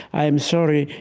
i am sorry.